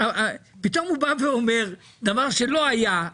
פתאום הוא בא ואומר דבר שלא היה,